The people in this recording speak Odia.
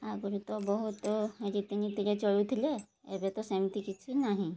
ଆଗରୁ ତ ବହୁତ ରୀତିନୀତି କି ଚଳୁଥିଲେ ଏବେ ତ ସେମିତି କିଛି ନାହିଁ